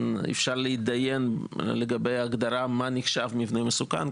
אפשר להתדיין לגבי ההגדרה מה נחשב מבנה מסוכן,